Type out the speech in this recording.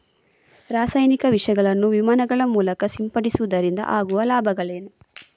ರಾಸಾಯನಿಕ ವಿಷಗಳನ್ನು ವಿಮಾನಗಳ ಮೂಲಕ ಸಿಂಪಡಿಸುವುದರಿಂದ ಆಗುವ ಲಾಭವೇನು?